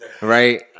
right